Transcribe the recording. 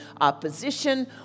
opposition